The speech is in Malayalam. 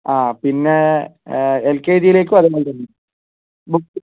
ആ പിന്നെ എൽ കെ ജി യിലേക്കും അതുപോലെ തന്നെ ബുക്ക്